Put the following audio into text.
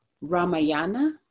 Ramayana